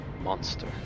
monster